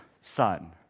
son